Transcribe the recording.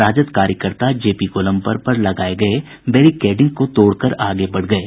राजद कार्यकर्ता जेपीगोलम्बर पर लगाये गये बैरिकेडिंग को तोड़कर आगे बढ़ गये